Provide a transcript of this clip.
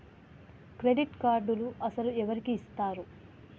Credit కార్డులు అసలు ఎవరికి ఇస్తారు?